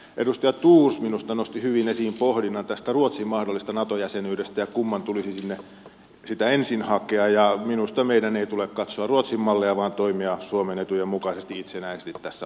edustaja thors minusta nosti hyvin esiin pohdinnan tästä ruotsin mahdollisesta nato jäsenyydestä ja siitä kumman tulisi sitä ensin hakea ja minusta meidän ei tule katsoa ruotsin mallia vaan toimia suomen etujen mukaisesti itsenäisesti tässä asiassa